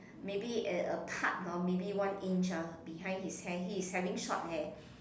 maybe a a part hor maybe one inch ah behind his hair he is having short hair